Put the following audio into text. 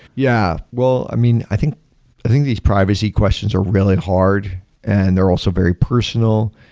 yeah. well, i mean, i think i think these privacy questions are really hard and they're also very personal,